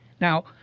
Now